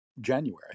January